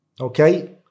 Okay